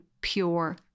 pure